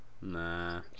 Nah